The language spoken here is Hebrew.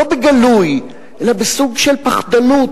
לא בגלוי אלא בסוג של פחדנות,